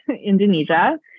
Indonesia